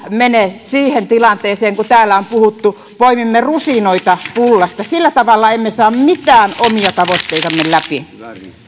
mene siihen tilanteeseen niin kuin täällä on puhuttu että poimimme rusinoita pullasta sillä tavalla emme saa mitään omia tavoitteitamme läpi